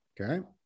Okay